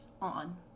on